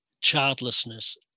childlessness